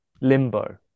limbo